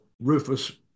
Rufus